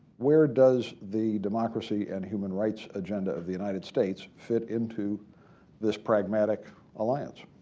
where does the democracy and human rights agenda of the united states fit into this pragmatic alliance?